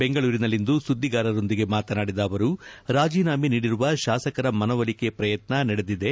ಬೆಂಗಳೂರಿನಲ್ಲಿಂದು ಸುದ್ವಿಗಾರರೊಂದಿಗೆ ಮಾತನಾಡಿದ ಅವರು ರಾಜೀನಾಮೆ ನೀಡಿರುವ ಶಾಸಕರ ಮನವೊಲಿಕೆ ಪ್ರಯತ್ನ ನಡೆದಿದೆ